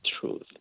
truth